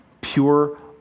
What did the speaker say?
pure